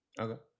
Okay